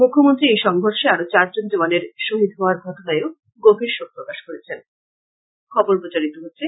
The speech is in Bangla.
মুখ্যমন্ত্রী এই সংঘর্ষে আরো চারজন জওয়ানের শহিদ হওয়ার ঘটনায়ো গভীর শোক প্রকাশ করেন